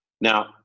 Now